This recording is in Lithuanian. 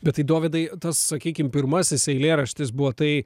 bet tai dovydai tas sakykim pirmasis eilėraštis buvo tai